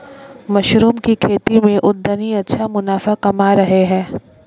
mushroom की खेती से उद्यमी अच्छा मुनाफा कमा रहे हैं